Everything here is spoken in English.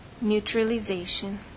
neutralization